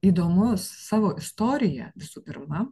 įdomus savo istorija visų pirma